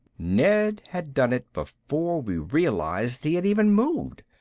ned had done it before we realized he had even moved.